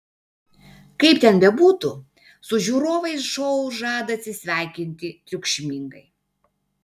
kaip ten bebūtų su žiūrovais šou žada atsisveikinti triukšmingai